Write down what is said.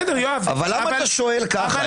היושב-ראש, למה אתה שואל ככה?